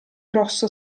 rosso